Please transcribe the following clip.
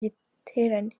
giterane